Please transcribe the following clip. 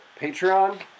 Patreon